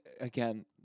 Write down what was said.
Again